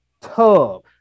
tub